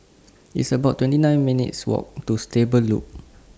It's about twenty nine minutes' Walk to Stable Loop